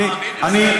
אתה מאמין בזה?